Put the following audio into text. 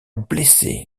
blessé